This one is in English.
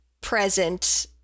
present